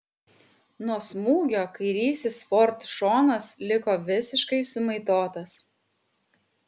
nuo smūgio kairysis ford šonas liko visiškai sumaitotas